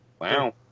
Wow